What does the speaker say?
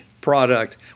product